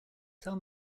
tell